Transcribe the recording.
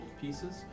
pieces